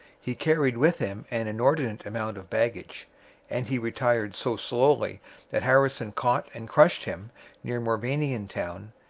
he carried with him an inordinate amount of baggage and he retired so slowly that harrison caught and crushed him near moravian town,